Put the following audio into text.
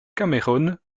cameron